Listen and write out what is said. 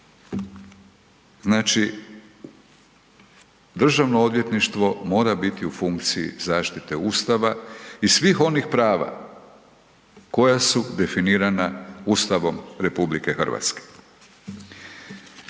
znači Državno odvjetništvo mora biti u funkciji zaštite Ustava i svih onih prava koja su definirana Ustavom RH. Danas